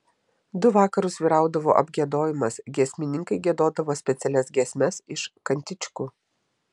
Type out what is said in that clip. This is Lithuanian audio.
du vakarus vyraudavo apgiedojimas giesmininkai giedodavo specialias giesmes iš kantičkų